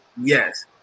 Yes